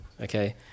okay